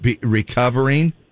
recovering